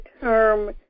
term